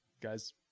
guys